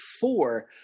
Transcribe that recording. four